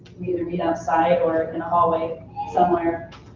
we either meet outside or in a hallway somewhere.